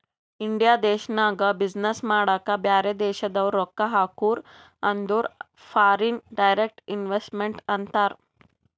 India ದೇಶ್ನಾಗ business ಮಾಡಾಕ ಬ್ಯಾರೆ ದೇಶದವ್ರು ರೊಕ್ಕಾ ಹಾಕುರ್ ಅಂದುರ್ ಫಾರಿನ್ ಡೈರೆಕ್ಟ್ ಇನ್ವೆಸ್ಟ್ಮೆಂಟ್ ಅಂತಾರ್